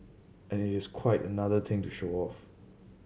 and it is quite another thing to show of